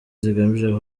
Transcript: zigamije